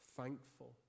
thankful